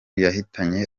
yahitanye